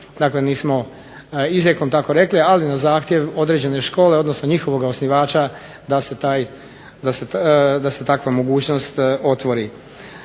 dakle, nismo izrijekom tako rekli ali na zahtjev određene škole odnosno njihovog osnivača da se takva mogućnost otvori.